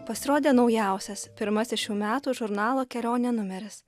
pasirodė naujausias pirmasis šių metų žurnalo kelionė numeris